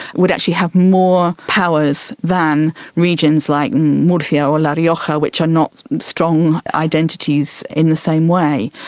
would actually have more powers than regions like murcia or la rioja, which are not strong identities in the same way.